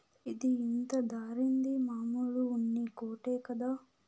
ఇది ఇంత ధరేంది, మామూలు ఉన్ని కోటే కదా